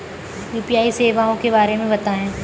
UPI सेवाओं के बारे में बताएँ?